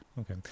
Okay